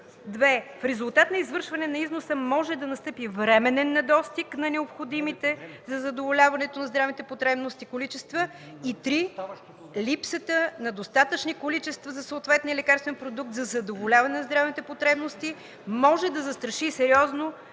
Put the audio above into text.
Второ, в резултат на извършване на износа може да настъпи временен недостиг на необходимите количества за задоволяване на здравни потребности; и Трето, липсата на достатъчни количества от съответния лекарствен продукт за задоволяване на здравните потребности може да застраши сериозно